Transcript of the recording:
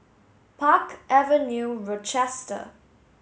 Park Avenue Rochester